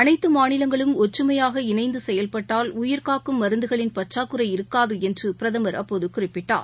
அனைத்து மாநிலங்களும் ஒற்றுமையாக இணைந்து செயல்பட்டால் உயிர்காக்கும் மருந்துகளின் பற்றாக்குறை இருக்காது என்று பிரதமர் அப்போது குறிப்பிட்டார்